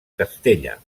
castella